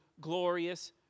glorious